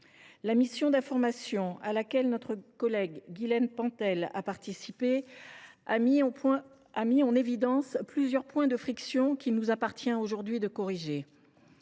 La mission d’information, à laquelle notre collègue Guylène Pantel a participé, a mis en évidence plusieurs points de friction qu’il nous appartient aujourd’hui de corriger.